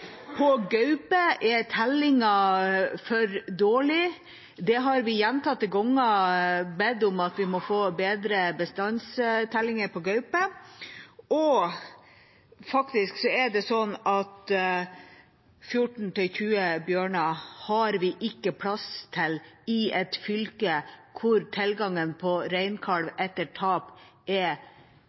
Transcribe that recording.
gaupe er tellingen for dårlig – vi har gjentatte ganger bedt om at vi må få bedre bestandstellinger av gaupe. Og faktisk er det slik at vi ikke har plass til 14–20 bjørner i et fylke hvor tilgangen på reinkalv etter tap bare er